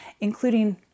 including